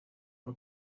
اما